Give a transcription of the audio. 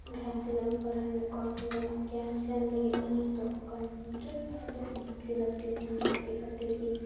ᱡᱟᱦᱟᱸ ᱛᱤᱱᱟᱹᱜ ᱮᱢ ᱯᱟᱲᱦᱟᱣ ᱧᱚᱜ ᱠᱟᱜ ᱠᱷᱟᱱ ᱫᱚ ᱟᱢᱟᱜ ᱜᱮᱭᱟᱱ ᱥᱮᱭᱟᱱ ᱞᱟᱜᱤᱫ ᱨᱮᱦᱚᱸ ᱛᱚ ᱠᱚᱢᱯᱤᱭᱩᱴᱟᱨ ᱫᱚ ᱱᱤᱦᱟᱹᱛᱜᱮ ᱞᱟᱹᱠᱛᱤ ᱠᱟᱱ ᱜᱮᱭᱟ ᱪᱮᱠᱟᱛᱮ ᱠᱤ